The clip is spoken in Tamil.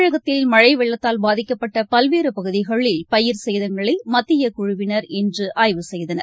தமிழகத்தில் மழைவெள்ளத்தால் பாதிக்கப்பட்டபல்வேறுபகுதிகளில் பயிர் சேதங்களைமத்தியகுழுவினா் இன்றுஆய்வு செய்தனர்